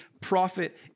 prophet